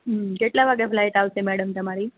કેટલા વાગ્યે ફ્લાઇટ આવશે મેડમ તમારી